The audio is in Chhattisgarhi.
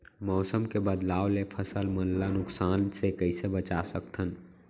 मौसम के बदलाव ले फसल मन ला नुकसान से कइसे बचा सकथन?